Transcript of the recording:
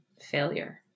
failure